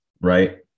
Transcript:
Right